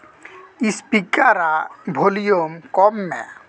ᱤᱥᱯᱤᱠᱟᱨᱟᱜ volume ᱠᱚᱢ ᱢᱮ